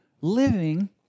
living